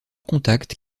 contact